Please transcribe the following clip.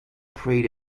prayed